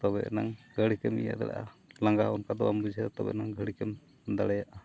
ᱛᱚᱵᱮ ᱮᱱᱟᱝ ᱜᱷᱟᱹᱲᱤᱠ ᱮᱢ ᱤᱭᱟᱹ ᱫᱟᱲᱮᱭᱟᱜᱼᱟ ᱞᱟᱸᱜᱟ ᱚᱱᱠᱟ ᱫᱚ ᱵᱟᱢ ᱵᱩᱡᱷᱟᱹᱣᱟ ᱛᱚᱵᱮ ᱮᱱᱟᱝ ᱜᱷᱟᱹᱲᱤᱠᱮᱢ ᱫᱟᱲᱮᱭᱟᱜᱼᱟ